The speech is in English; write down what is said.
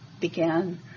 began